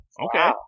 Okay